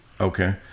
Okay